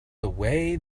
away